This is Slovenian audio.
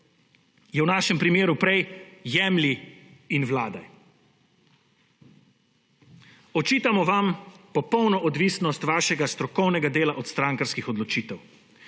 je v našem primeru prej »jemlji in vladaj«. Očitamo vam popolno odvisnost vašega strokovnega dela od strankarskih odločitev,